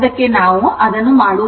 ನಾವು ಅದನ್ನು ಮಾಡುವುದಿಲ್ಲ